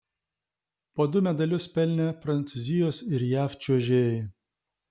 po du medalius pelnė prancūzijos ir jav čiuožėjai